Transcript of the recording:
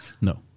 No